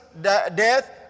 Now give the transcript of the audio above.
death